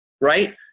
right